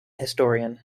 historian